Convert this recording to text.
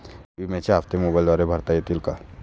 विम्याचे हप्ते मोबाइलद्वारे भरता येतील का?